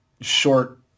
short